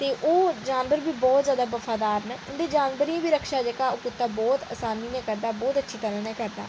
ते ओह् जानवर बी बहुत जैदै बफादार न उ'नें जानवरे दी रक्षा बी कुत्ता करदा बहुत अच्छी तरह् नै करदा